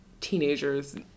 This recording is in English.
teenagers